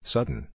Sudden